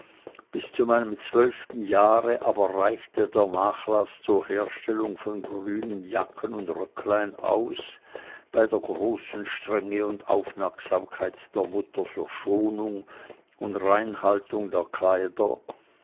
bis zu meinem zwölften jahre aber reichte der nachlaß zur herstellung von grünen lacken und röcklein aus bei der großen strenge und aufmerksamkeit der mutter für schonung und reinhaltung der kleider